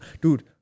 Dude